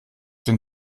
den